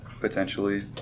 potentially